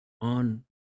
on